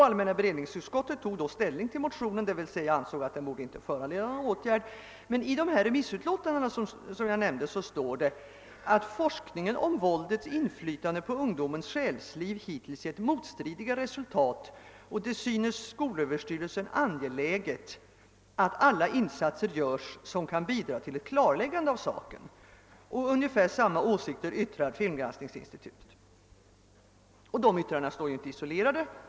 Allmänna beredningsutskottet ansåg att motionen inte borde föranleda någon åtgärd. I ett av de nämnda remissyttrandena anförs dock att forskningen om våldets inflytande på ungdomens själsliv hittills givit motstridiga resultat och att det synes skolöverstyrelsen angeläget att sådana insatser görs, som kan bidra till ett klarläggande av denna fråga. Ungefär samma uppfattning redovisas av filmgranskningsrådet. Dessa yttranden står inte heller isolerade.